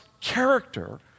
character